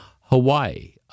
Hawaii